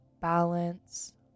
balance